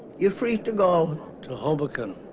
you're free to go to hoboken